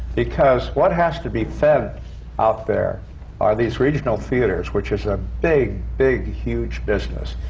because what has to be fed out there are these regional theatres, which is a big, big huge business.